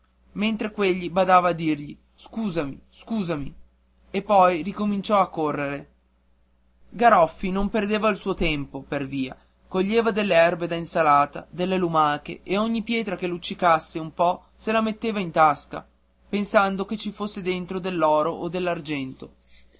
mentre quegli badava a dirgli scusami scusami e poi ricominciò a correre garoffi non perdeva il suo tempo per via coglieva delle erbe da insalata delle lumache e ogni pietra che luccicasse un po se la metteva in tasca pensando che ci fosse dentro dell'oro o